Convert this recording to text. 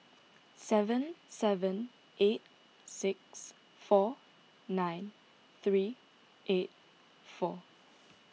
seven seven eight six four nine three eight four